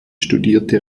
studierte